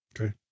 Okay